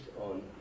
on